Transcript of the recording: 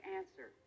answer